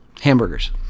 Hamburgers